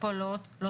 שפה לא צורפה.